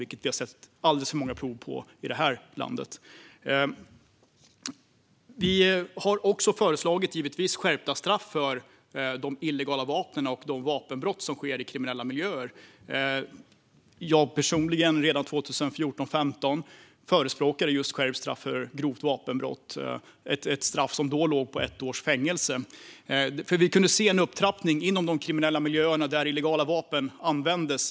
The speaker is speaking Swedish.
Det har vi sett alldeles för många prov på i det här landet. Vi har givetvis också föreslagit skärpta straff för de illegala vapnen och de vapenbrott som sker i kriminella miljöer. Jag personligen förespråkade redan 2014-2015 skärpt straff för grovt vapenbrott - ett straff som då låg på ett års fängelse. Vi kunde då se en upptrappning inom de kriminella miljöerna där illegala vapen användes.